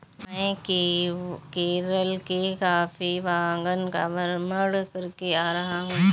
मैं केरल के कॉफी बागान का भ्रमण करके आ रहा हूं